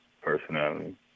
personality